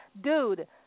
dude